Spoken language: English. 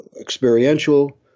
experiential